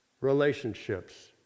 relationships